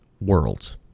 worlds